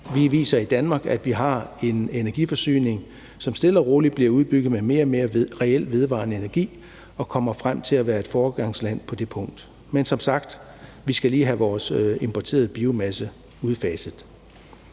Vi viser i Danmark, at vi har en energiforsyning, som stille og roligt bliver udbygget med mere og mere reel vedvarende energi, og vi kommer frem til at være foregangsland på det punkt. Men som sagt: Vi skal lige have vores importeret biomasse udfaset.